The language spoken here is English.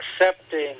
accepting